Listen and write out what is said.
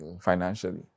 financially